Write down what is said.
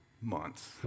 months